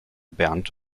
bernd